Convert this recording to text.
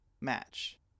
match